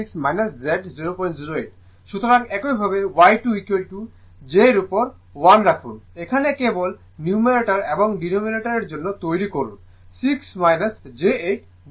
সুতরাং একইভাবে Y 2 j এর উপর 1 রাখুন এখানে কেবল নিউমারেটর এবং ডেনোমিনেটারের জন্য তৈরি করুন 6 j 8 গুণ করুন